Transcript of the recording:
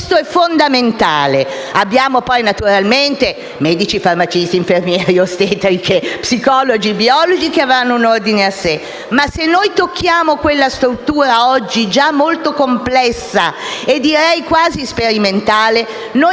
Questo è fondamentale. Abbiamo poi naturalmente medici, farmacisti infermieri, ostetrici, psicologi e biologi che avranno un ordine a sé. Ma se tocchiamo quella struttura che abbiamo previsto, oggi già molto complessa e quasi sperimentale,